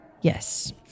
Yes